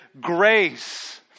grace